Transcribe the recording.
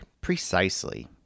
Precisely